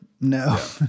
No